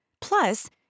Plus